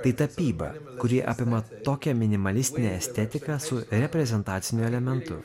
tai tapyba kuri apima tokią minimalistinę estetiką su reprezentaciniu elementu